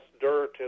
dirt